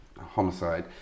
Homicide